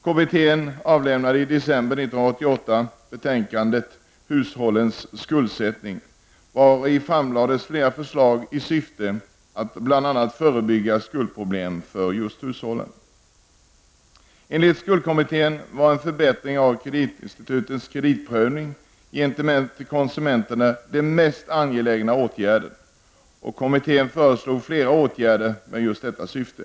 Kommittén avlämnade i december 1988 betänkandet Hushållens skuldsättning, vari framlades flera förslag i syfte att bl.a. förebygga skuldproblem för just hushållen. Enligt skuldkommittén var en förbättring av kreditinstitutens kreditprövning gentemot konsumenterna den mest angelägna åtgärden. Kommittén föreslog också flera åtgärder med just detta syfte.